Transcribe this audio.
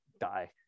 die